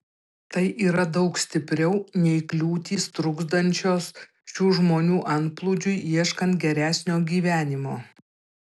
tai yra daug stipriau nei kliūtys trukdančios šių žmonių antplūdžiui ieškant geresnio gyvenimo